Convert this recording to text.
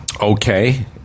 Okay